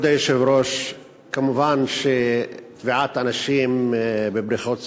כבוד היושב-ראש, מובן שטביעת אנשים בבריכות שחייה,